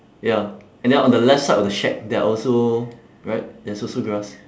ya and then on the left side of the shack there are also right there's also grass